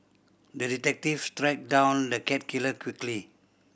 the detective tracked down the cat killer quickly